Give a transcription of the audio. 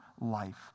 life